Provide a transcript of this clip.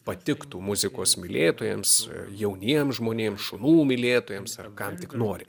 patiktų muzikos mylėtojams jauniem žmonėms šunų mylėtojams ar kam tik nori